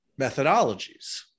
methodologies